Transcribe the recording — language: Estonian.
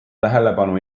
tähelepanu